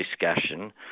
discussion